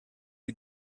you